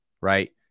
right